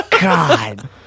God